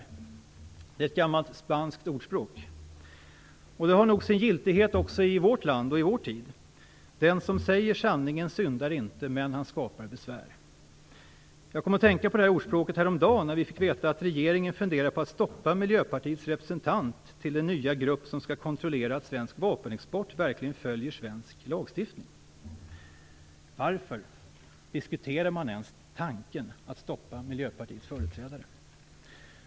Detta är ett gammalt spanskt ordspråk, och det har nog sin giltighet också i vårt land och i vår tid; "Den som säger sanningen syndar inte, men han skapar besvär." Jag kom att tänka på detta ordspråk härom dagen när vi fick veta att regeringen funderar på att stoppa Miljöpartiets representant i den nya grupp som skall kontrollera att svensk vapenexport verkligen följer svensk lagstiftning. Varför diskuterar man ens tanken att stoppa Miljöpartiets företrädare.